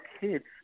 kids